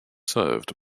served